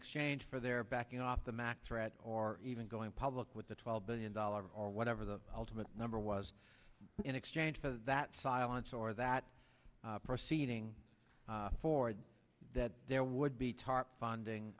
exchange for their backing off the max threat or even going public with the twelve billion dollars or whatever the ultimate number was in exchange for that silence or that proceeding forward that there would be tarp funding